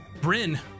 Bryn